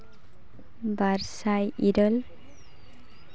ᱵᱟᱨ ᱥᱟᱭ ᱤᱨᱟᱹᱞ